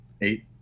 Eight